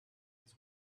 has